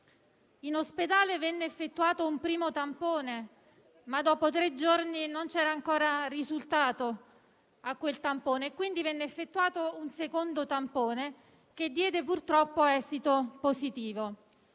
in ospedale. Qui venne effettuato un primo tampone, ma dopo tre giorni non c'era ancora il risultato, quindi venne effettuato un secondo tampone che diede, purtroppo, esito positivo.